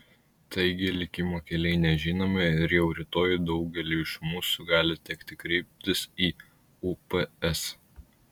taigi likimo keliai nežinomi ir jau rytoj daugeliui iš mūsų gali tekti kreiptis į ups